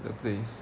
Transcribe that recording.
the place